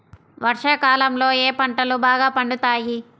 వర్షాకాలంలో ఏ పంటలు బాగా పండుతాయి?